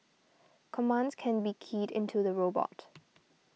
commands can be keyed into the robot